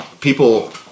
people